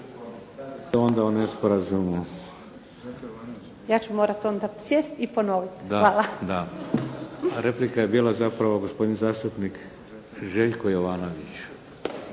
Ja ću morati onda sjesti i ponoviti. Hvala. **Šeks, Vladimir (HDZ)** Da. Replika je bila zapravo gospodin zastupnik Željko Jovanović.